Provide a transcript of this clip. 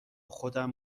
خودم